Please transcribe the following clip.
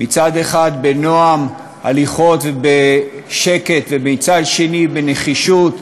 מצד אחד בנועם הליכות ובשקט, ומצד שני בנחישות,